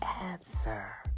answer